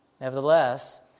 Nevertheless